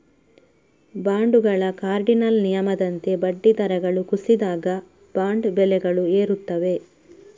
ಬಾಂಡುಗಳ ಕಾರ್ಡಿನಲ್ ನಿಯಮದಂತೆ ಬಡ್ಡಿ ದರಗಳು ಕುಸಿದಾಗ, ಬಾಂಡ್ ಬೆಲೆಗಳು ಏರುತ್ತವೆ